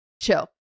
Chill